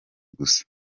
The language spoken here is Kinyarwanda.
gusa